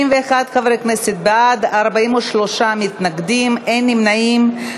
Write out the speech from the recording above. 51 חברי כנסת בעד, 43 מתנגדים, אין נמנעים.